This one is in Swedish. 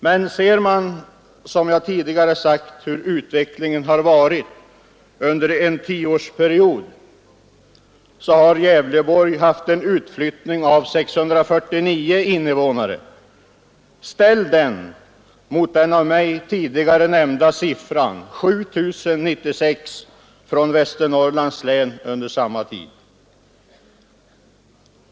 Men ser man, som jag tidigare sagt, hur utvecklingen har varit under en tioårsperiod finner man att Gävleborgs län haft en utflyttning av 649 invånare. Ställ denna utflyttning mot det av mig tidigare nämnda antalet 7 096 från Västernorrlands län under samma tid!